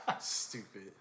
Stupid